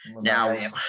now